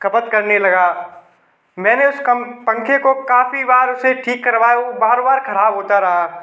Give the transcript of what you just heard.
खपत करने लगा मैंने उस कम पंखे को काफ़ी बार उसे ठीक करवाया वह बार बार ख़राब होता रहा